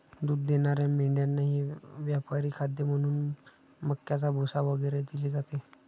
दूध देणाऱ्या मेंढ्यांनाही व्यापारी खाद्य म्हणून मक्याचा भुसा वगैरे दिले जाते